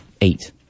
Eight